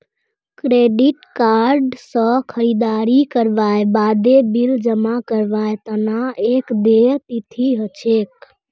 credit card स खरीददारी करवार बादे बिल जमा करवार तना एक देय तिथि ह छेक